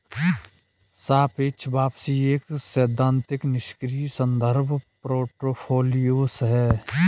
सापेक्ष वापसी एक सैद्धांतिक निष्क्रिय संदर्भ पोर्टफोलियो है